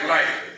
Life